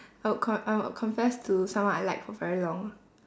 I would con~ I would confess to someone I like for very long